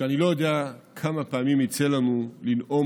שאני לא יודע כמה פעמים יצא לנו לנאום